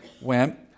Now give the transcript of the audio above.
went